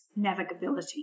navigability